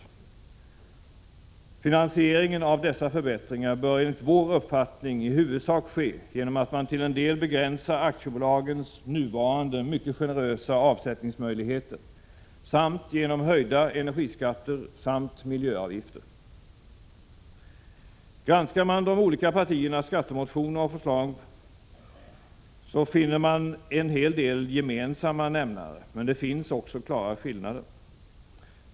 Oo Finansieringen av dessa förbättringar bör enligt vår uppfattning i huvudsak ske genom att man till en del begränsar aktiebolagens nuvarande mycket generösa avsättningsmöjligheter samt genom höjda energiskatter och miljöavgifter. Granskar man de olika partiernas skattemotioner och förslag finner man en hel del gemensamma nämnare, men det finns också klara skillnader.